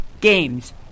games